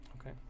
Okay